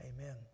Amen